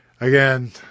Again